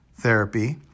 therapy